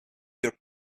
your